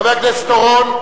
חבר הכנסת אורון?